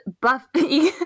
Buffy